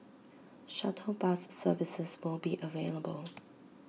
shuttle bus services will be available